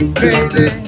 crazy